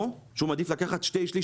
או שהוא מעדיף לקחת שני שליש,